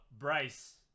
Bryce